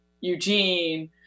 Eugene